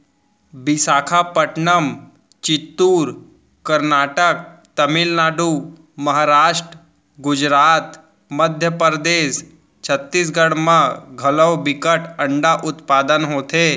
बिसाखापटनम, चित्तूर, करनाटक, तमिलनाडु, महारास्ट, गुजरात, मध्य परदेस, छत्तीसगढ़ म घलौ बिकट अंडा उत्पादन होथे